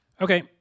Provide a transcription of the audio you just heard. Okay